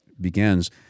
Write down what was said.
begins